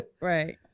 right